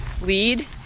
lead